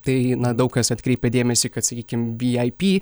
tai daug kas atkreipia dėmesį kad sakykim vy ai py